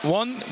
one